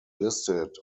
listed